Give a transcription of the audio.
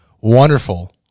wonderful